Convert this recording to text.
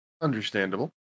understandable